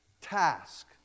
task